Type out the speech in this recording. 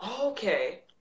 Okay